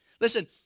Listen